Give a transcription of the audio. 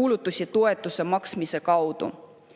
kulutusi toetuse maksmise kaudu.